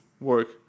work